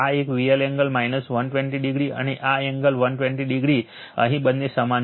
આ એક VL angle 120o અને આ એંગલ 120o અહીં બંને સમાન છે